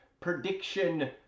prediction